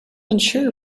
insure